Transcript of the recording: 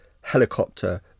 helicopter